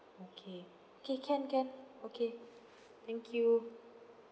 okay K can can okay thank you